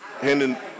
Hendon